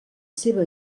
seva